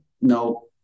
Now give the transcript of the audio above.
no